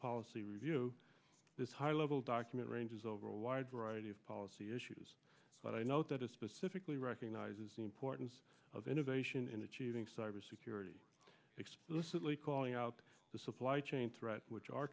policy review this high level document ranges over a wide variety of policy issues but i note that a specifically recognizes the importance of innovation in achieving cybersecurity explicitly calling out the supply chain threat which